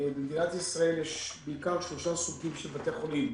במדינת ישראל יש בעיקר שלושה סוגים של בתי חולים.